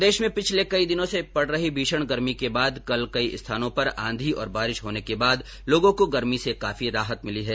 प्रदेश में पिछले कई दिनों से पड रही भीषण गर्मी के बाद कल कई स्थानों पर आंधी और बारिश होने के बाद लोगों को गर्मी से काफी राहत मिली है